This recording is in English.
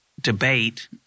debate